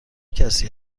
کسی